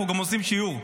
אנחנו גם עושים שיעור.